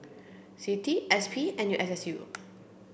CITI S P N U S S U